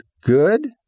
good